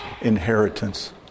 inheritance